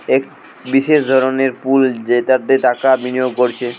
এক বিশেষ ধরনের পুল যেটাতে টাকা বিনিয়োগ কোরছে